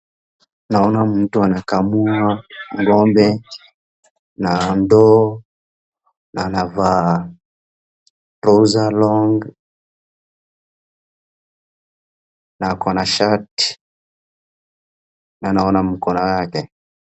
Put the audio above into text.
Naona mtu anakamua ng'ombe na ndoo, na anavaa trouser long na ako na shati, na naona mkono yake.